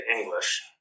English